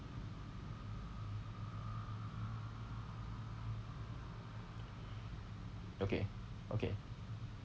okay okay